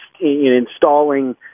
installing